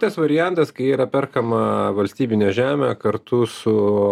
tas variantas kai yra perkama valstybinę žemę kartu su